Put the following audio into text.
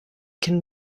can